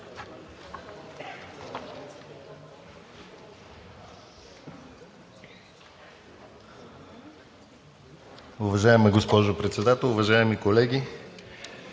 Уважаеми господин Председател, уважаеми колеги!